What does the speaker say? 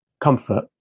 comfort